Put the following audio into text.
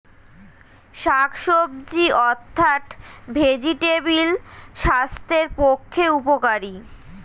শাকসবজি অর্থাৎ ভেজিটেবল স্বাস্থ্যের পক্ষে উপকারী